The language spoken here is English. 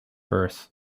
birth